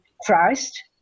Christ